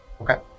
Okay